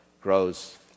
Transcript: grows